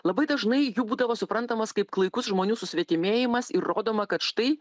labai dažnai jų būdavo suprantamas kaip klaikus žmonių susvetimėjimas ir rodoma kad štai